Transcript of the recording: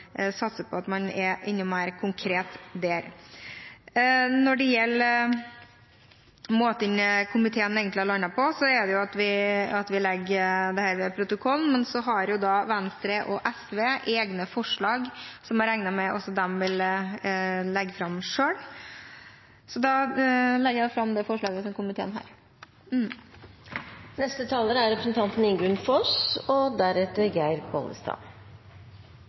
satse på at man er enda mer konkret der. Når det gjelder hva komiteen har landet på, så er det at vi legger dette ved protokollen. Venstre og SV har egne forslag, som jeg regner med at de vil legge fram selv. Jeg vil anbefale komiteens tilråding. Innholdet i mitt innlegg ligner veldig mye på representanten Bottens, og